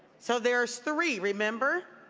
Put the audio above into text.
so there is three. remember?